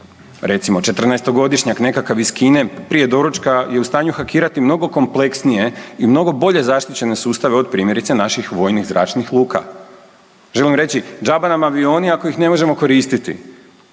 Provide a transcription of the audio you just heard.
recimo 14-godišnjak nekakav iz Kine prije doručka je u stanju hakirati mnogo kompleksnije i mnogo bolje zaštićene sustave od primjerice naših vojnih zračnih luka. Želim reći, đaba nam avioni ako ih ne možemo koristiti.